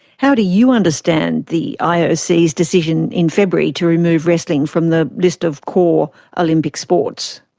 how do you understand the ioc's decision in february to remove wrestling from the list of core olympic sports?